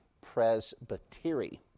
presbytery